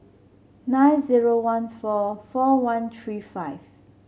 nine zero one four four one three five